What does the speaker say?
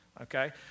Okay